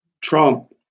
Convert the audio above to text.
Trump